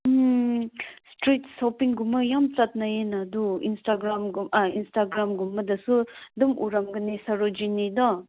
street ꯁꯣꯞꯄꯤꯡꯒꯨꯝꯕ ꯌꯥꯝ ꯆꯠꯅꯩꯅ ꯑꯗꯨ ꯏꯟꯁꯇꯒ꯭ꯔꯥꯝꯒꯨꯝ ꯏꯟꯁꯇꯒ꯭ꯔꯥꯝꯒꯨꯝꯕꯗꯁꯨ ꯑꯗꯨꯝ ꯎꯔꯝꯒꯅꯤ ꯁꯔꯣꯖꯤꯅꯤꯗꯣ